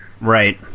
right